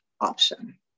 option